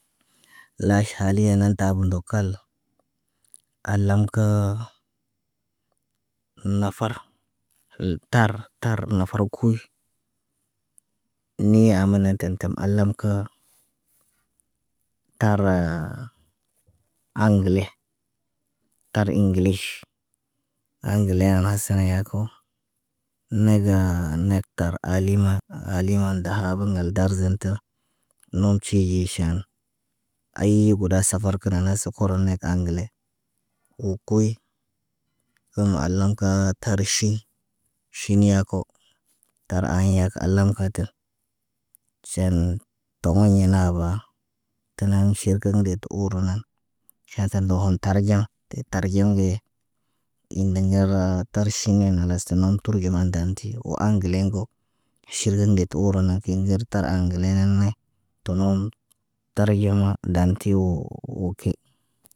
Laʃ haliyana tab ndokal al- lam kəə ən nafar hə tar tar nafar kuy. Iniyam mənə tən tə al- lam kə tar aŋgəle tar iŋgəliʃ aŋgəle hasa na yaako ne gaa nek tar alima, aliman dahaba ŋgal darzan tə. Nom cii ʃan ayy buda safar kə kə nana sə korne aŋgəle. Wo kuy, kə al- lam kə tar ʃii. Ʃiiniya ko, tar aɲi kə alam kə tə. Ʃen, tamoɲ ɲe nabaa tə naŋg ʃər kək nde tə uru nan. Ʃaa sal dohon tarɟam, te tarɟam ge. Inde ŋger tar ʃiiɲe nanas tə nəmbər tur ge man dan tiiyu, woo aŋgəleŋg ko. Ʃirgən nde tə uruna kiɲ ŋger tar aŋgəle naane to nom tarɟama an ti woo, wo ke.